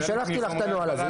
שלחתי לך את הנוהל הזה.